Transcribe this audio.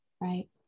Right